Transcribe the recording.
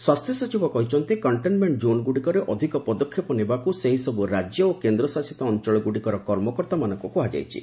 ସ୍ୱାସ୍ଥ୍ୟ ସଚିବ କହିଛନ୍ତି କଣ୍ଟେନ୍ମେଣ୍ଟ ଜୋନ୍ଗୁଡ଼ିକରେ ଅଧିକ ପଦକ୍ଷେପ ନେବାକୁ ସେହିସବୁ ରାଜ୍ୟ ଓ କେନ୍ଦ୍ରଶାସିତ ଅଞ୍ଚଳଗୁଡ଼ିକର କର୍ମକର୍ତ୍ତାମାନଙ୍କୁ କୁହାଯାଇଛି